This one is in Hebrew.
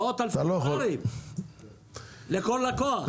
מאות אלפי דולרים לכל לקוח.